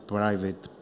private